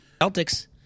Celtics